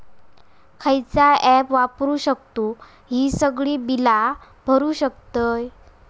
खयचा ऍप वापरू शकतू ही सगळी बीला भरु शकतय?